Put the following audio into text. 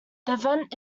event